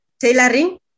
tailoring